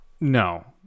No